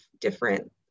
different